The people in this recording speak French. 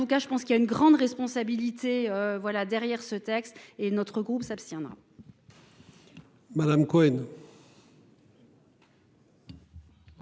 en tout cas je pense qu'il y a une grande responsabilité voilà derrière ce texte et notre groupe s'abstiendra.